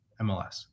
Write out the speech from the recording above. MLS